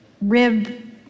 rib